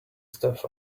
stuff